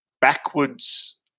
backwards